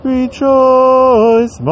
Rejoice